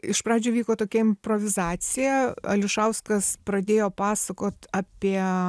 iš pradžių vyko tokia improvizacija ališauskas pradėjo pasakot apie